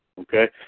Okay